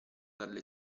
dalle